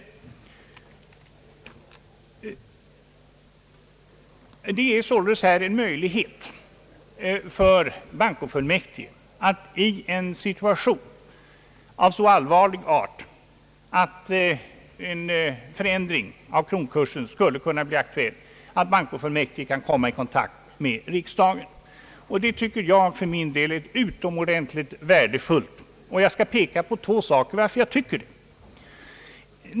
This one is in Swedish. Här finns sålunda en möjlighet för bankofullmäktige, att i en situation av så allvarlig art att en förändring av kronkursen skulle kunna bli aktuell komma i kontakt med riksdagen, och det tycker jag för min del är utomordentligt värdefullt. Jag skall peka på två skäl för att jag anser det.